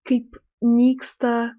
kaip nyksta